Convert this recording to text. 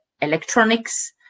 electronics